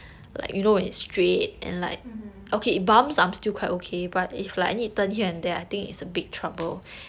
mmhmm